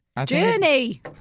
Journey